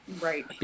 Right